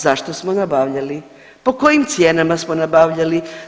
Zašto smo nabavljali, po kojim cijenama smo nabavljali?